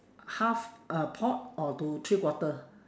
half a pot or to three quarter